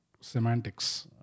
Semantics